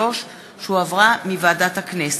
42), התשע"ו 2016, שהחזירה ועדת הכנסת,